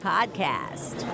Podcast